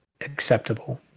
acceptable